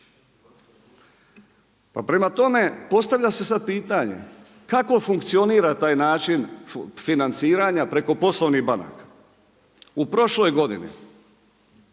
Pa prema tome, postavlja se sada pitanje, kako funkcionira taj način financiranja preko poslovnih banaka? U prošloj godini